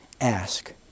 ask